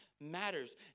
matters